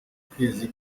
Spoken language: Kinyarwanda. kwezi